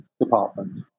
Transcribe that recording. department